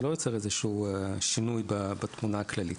זה לא יוצר איזשהו שינוי בתמונה הכללית.